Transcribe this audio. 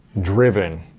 driven